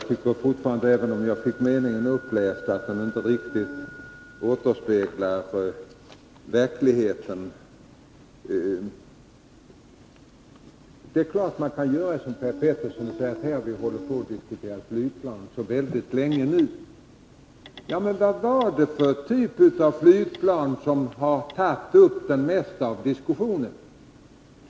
Fru talman! Även om jag fick meningen uppläst för mig tycker jag fortfarande att den inte riktigt avspeglar verkligheten. Man kan naturligtvis som Per Petersson gör säga att vi nu hållit på att diskutera flygplan så länge. Men vilken typ av flygplan har tagits upp i diskussionen?